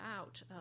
out